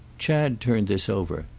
chad turned this over.